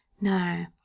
no